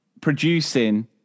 producing